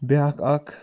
بیٛاکھ اَکھ